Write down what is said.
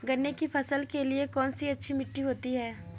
गन्ने की फसल के लिए कौनसी मिट्टी अच्छी होती है?